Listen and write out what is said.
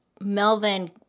Melvin